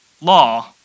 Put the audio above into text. law